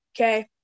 okay